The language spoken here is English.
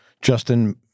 Justin